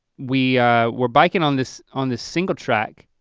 we were bikin' on this on this single track